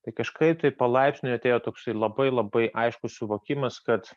tai kažkaip tai palaipsniui atėjo toks labai labai aiškus suvokimas kad